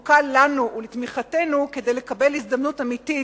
הזקוקה לנו ולתמיכתנו כדי לקבל הזדמנות אמיתית